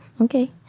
Okay